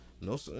No